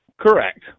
Correct